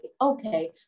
okay